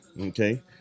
okay